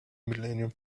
millennium